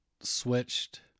Switched